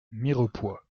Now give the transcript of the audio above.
mirepoix